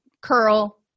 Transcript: curl